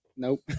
Nope